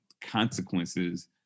consequences